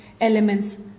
elements